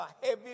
heavy